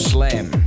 Slam